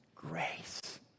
grace